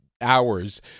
Hours